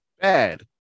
Bad